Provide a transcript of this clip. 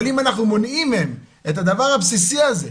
אבל אם אנחנו מונעים מהם את הדבר הבסיסי הזה,